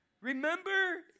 Remember